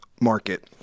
market